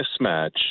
mismatch